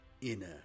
inner